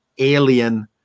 alien